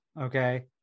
okay